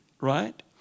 right